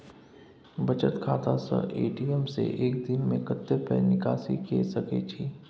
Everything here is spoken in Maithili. बचत खाता स ए.टी.एम से एक दिन में कत्ते पाई निकासी के सके छि?